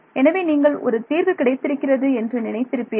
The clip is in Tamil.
எனவே நீங்கள் ஒரு தீர்வு கிடைத்திருக்கிறது என்று நினைத்திருப்பீர்கள்